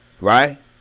right